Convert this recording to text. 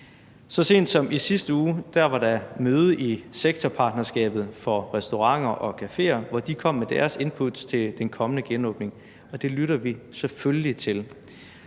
Så sent som i sidste uge var der møde i sektorpartnerskabet for restauranter og caféer, hvor de kom med deres inputs til den kommende genåbning, og det lytter vi selvfølgelig til.